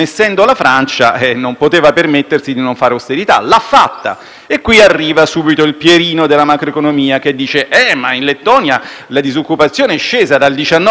e qui arriva subito il Pierino della macroeconomia, che fa notare che comunque in Lettonia la disoccupazione è scesa dal 19 all'11 per cento. D'accordo, allora vi spiego anche come è successo: